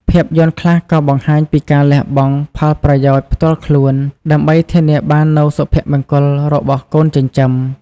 ភាពយន្តខ្លះក៏បង្ហាញពីការលះបង់ផលប្រយោជន៍ផ្ទាល់ខ្លួន ដើម្បីធានាបាននូវសុភមង្គលរបស់កូនចិញ្ចឹម។